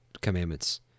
commandments